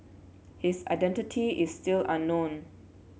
his identity is still unknown